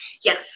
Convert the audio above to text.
Yes